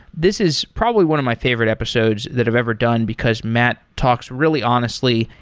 this is probably one of my favorite episodes that i've ever done, because matt talks really honestly.